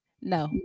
No